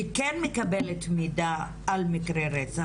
וכן מקבלת מידע על מקרי רצח.